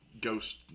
Ghost